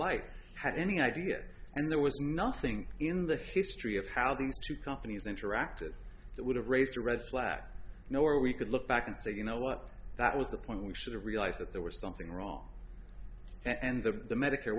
like had any idea and there was nothing in the history of how these two companies interacted that would have raised a red flag nor we could look back and say you know what that was the point we should've realized that there was something wrong and that the medicare